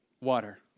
water